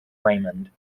raymond